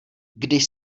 když